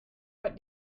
what